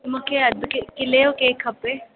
त मूंखे अधि किले जो केक खपे